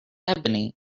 ebony